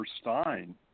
Stein